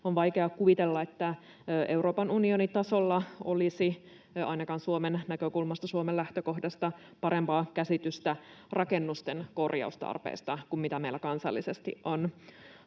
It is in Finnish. On vaikea kuvitella, että Euroopan unionitasolla olisi ainakaan Suomen näkökulmasta, Suomen lähtökohdasta, parempaa käsitystä rakennusten korjaustarpeesta kuin mitä meillä kansallisesti on.